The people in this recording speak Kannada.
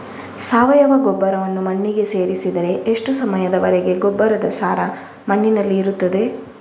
ಸಾವಯವ ಗೊಬ್ಬರವನ್ನು ಮಣ್ಣಿಗೆ ಸೇರಿಸಿದರೆ ಎಷ್ಟು ಸಮಯದ ವರೆಗೆ ಗೊಬ್ಬರದ ಸಾರ ಮಣ್ಣಿನಲ್ಲಿ ಇರುತ್ತದೆ?